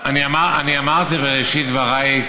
אני אמרתי בראשית דבריי,